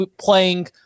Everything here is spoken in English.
playing